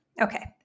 okay